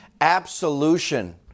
absolution